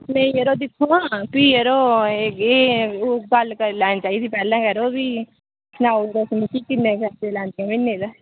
नेई यरो दिक्खो हां फ्ही यरो एह् एह् ओ गल्ल करी लैन्नी चाहिदी पैह्ले यरो प्ही सनाई ओड़ो मिगी किन्ने पैसे लैंदियां म्हीने दे